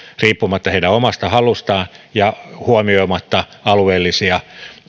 riippumatta heidän omasta halustaan ja huomioimatta alueellisia